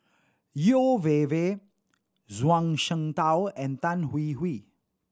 Yeo Wei Wei Zhuang Shengtao and Tan Hwee Hwee